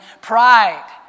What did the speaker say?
Pride